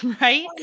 right